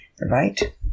right